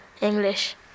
English